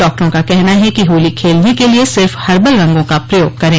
डॉक्टरों का कहना है कि होली खेलने के लिए सिर्फ हर्बल रंगों का प्रयोग करें